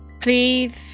Please